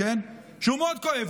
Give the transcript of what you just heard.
שהוא מאוד כואב.